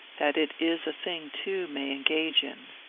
that it is a thing two may engage in.